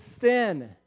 sin